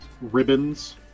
ribbons